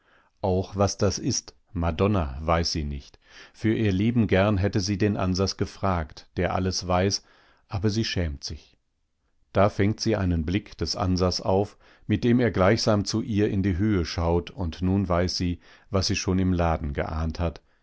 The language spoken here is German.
auch was das ist madonna weiß sie nicht für ihr leben gern hätte sie den ansas gefragt der alles weiß aber sie schämt sich da fängt sie einen blick des ansas auf mit dem er gleichsam zu ihr in die höhe schaut und nun weiß sie was sie schon im laden geahnt hat